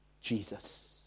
Jesus